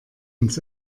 uns